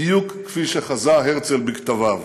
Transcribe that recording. בדיוק כפי שחזה הרצל בכתביו.